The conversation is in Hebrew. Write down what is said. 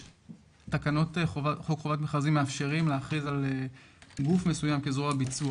תקנות חוק חובת מכרזים מאפשרים להכריז על גוף מסוים כזרוע ביצוע.